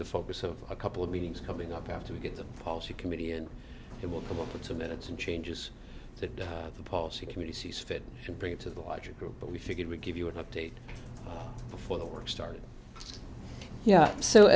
the focus of a couple of meetings coming up after we get the policy committee and it will come up with two minutes and changes to the policy committee sees fit and bring it to the larger group but we figured we'd give you an update before the work started y